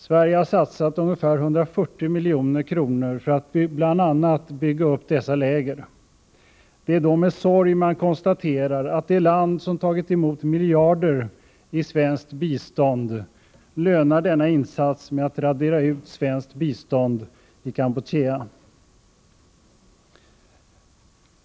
Sverige har satsat ungefär 140 milj.kr. för att bl.a. bygga upp dessa läger. Det är då med sorg man konstaterar att det land som har tagit emot miljarder i svenskt bistånd lönar denna insats med att radera ut svenskt bistånd i Kampuchea.